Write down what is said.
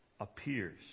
appears